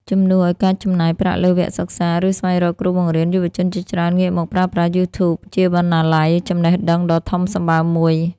ជំនួសឱ្យការចំណាយប្រាក់លើវគ្គសិក្សា ឬស្វែងរកគ្រូបង្រៀន យុវជនជាច្រើនងាកមកប្រើប្រាស់ YouTube ជាបណ្ណាល័យចំណេះដឹងដ៏ធំសម្បើមមួយ។